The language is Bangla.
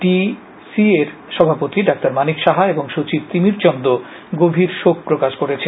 টি সি এ র সভাপতি ডাঃ মানিক সাহা ও সচিব তিমির চন্দ গভীর শোক প্রকাশ করেছেন